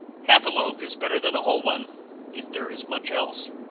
half a loaf is better than a whole one if there is much else.